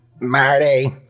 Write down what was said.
Marty